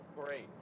great